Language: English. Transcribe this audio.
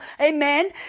Amen